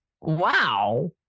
Wow